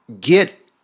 get